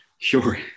Sure